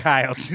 Kyle